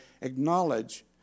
acknowledge